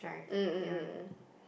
mm mm mm mm mm